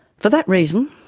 for that reason,